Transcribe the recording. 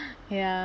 ya